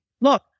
look